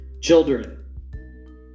children